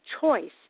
choice